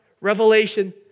Revelation